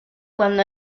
cuando